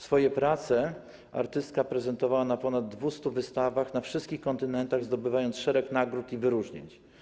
Swoje prace artystka prezentowała na ponad 200 wystawach na wszystkich kontynentach, zdobywając szereg nagród i wyróżnień.